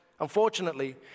Unfortunately